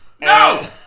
No